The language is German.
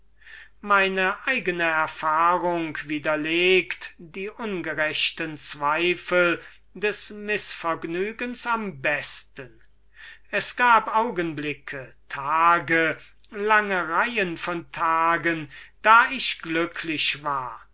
meine eigene erfahrung widerlegt die ungerechten zweifel des mißvergnügens am besten es waren augenblicke tage lange reihen von tagen da ich glücklich war